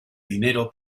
dinero